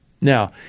Now